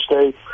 State